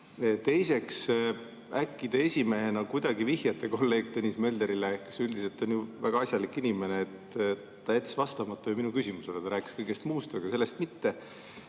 Teiseks, äkki te esimehena kuidagi vihjate kolleeg Tõnis Möldrile, kes üldiselt on ju väga asjalik inimene, et ta jättis vastamata minu küsimusele. Ta rääkis kõigest muust, aga sellest mitte.